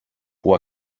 που